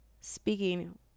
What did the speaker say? speaking